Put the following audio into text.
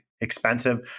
expensive